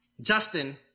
Justin